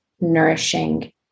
nourishing